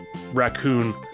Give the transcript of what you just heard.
raccoon